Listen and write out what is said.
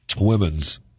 women's